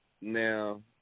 Now